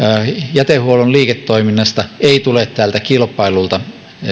jätehuollon liiketoiminnasta ei tule tältä kilpaillulta